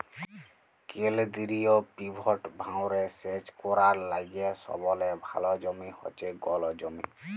কেলদিরিয় পিভট ভাঁয়রে সেচ ক্যরার লাইগে সবলে ভাল জমি হছে গল জমি